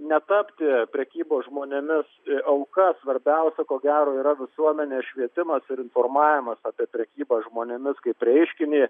netapti prekybos žmonėmis auka svarbiausia ko gero yra visuomenės švietimas ir informavimas apie prekybą žmonėmis kaip reiškinį